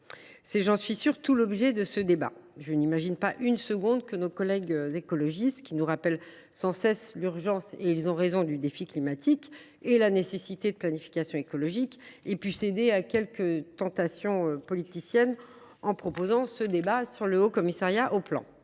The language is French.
est, j’en suis sûre, tout l’objet de ce débat. Je n’imagine pas que nos collègues écologistes, qui nous rappellent sans cesse – et avec raison – l’urgence du défi climatique et la nécessité de la planification écologique, aient pu céder à quelque tentation politicienne en proposant ce débat sur le Haut Commissariat au plan